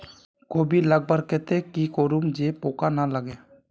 कोबी लगवार केते की करूम जे पूका ना लागे?